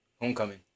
Homecoming